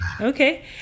Okay